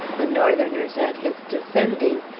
the northerners at his defending,